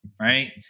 right